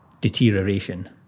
deterioration